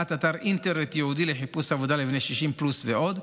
הפעלת אתר אינטרנט ייעודי לחיפוש עבודה לבני 60 פלוס ועוד.